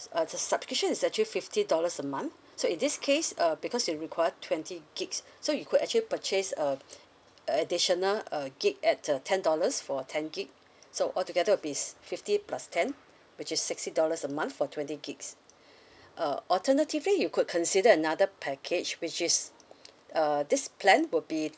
uh the subscription is actually fifty dollars a month so in this case err because you require twenty gigs so you could actually purchase uh additional uh gig at uh ten dollars for ten gig so altogether will be s~ fifty plus ten which is sixty dollars a month for twenty gigs err alternatively you could consider another package which is uh this plan will be